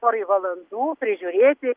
porai valandų prižiūrėti